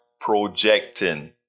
projecting